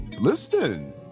listen